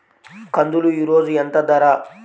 కందులు ఈరోజు ఎంత ధర?